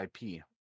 IP